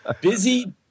Busy